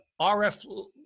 RF